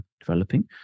developing